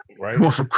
right